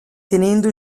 tenendo